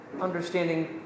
understanding